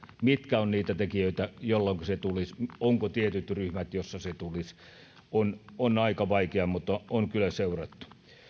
mitkä ovat niitä tekijöitä joista se tulisi onko tietyt ryhmät joissa se tulisi se on aika vaikea mutta sitä on kyllä seurattu